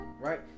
right